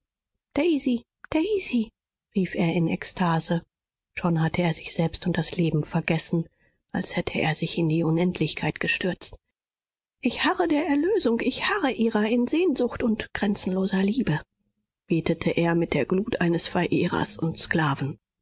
daisy daisy rief er in ekstase schon hatte er sich selbst und das leben vergessen als hätte er sich in die unendlichkeit gestürzt ich harre der erlösung ich harre ihrer in sehnsucht und grenzenloser liebe betete er mit der glut eines verehrers und sklaven